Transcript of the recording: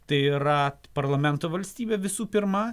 tai yra parlamento valstybė visų pirma